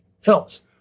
films